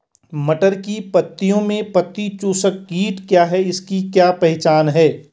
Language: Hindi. मटर की पत्तियों में पत्ती चूसक कीट क्या है इसकी क्या पहचान है?